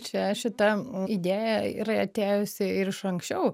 čia šita idėja yra atėjusi ir iš anksčiau